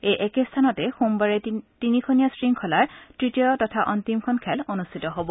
এই একেই স্থানতে সোমবাৰে তিনিখনীয়া শৃংখলাৰ তৃতীয় তথা অন্তিমখন খেল অনুষ্ঠিত হব